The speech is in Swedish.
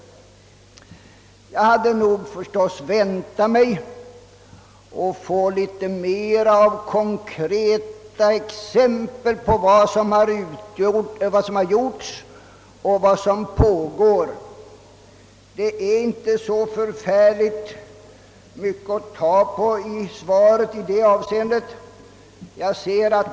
Det är kanske inte möjligt att ge en utförligare redovisning i ett interpellationssvar, men jag hade nog väntat mig att få mera konkreta exempel på vad som gjorts och vad som göres. Det finns inte särskilt mycket att ta på i svaret i det avseendet.